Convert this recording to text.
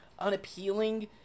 unappealing